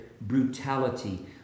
brutality